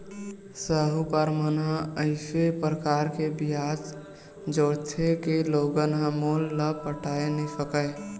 साहूकार मन ह अइसे परकार ले बियाज जोरथे के लोगन ह मूल ल पटाए नइ सकय